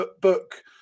book